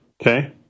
okay